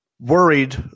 worried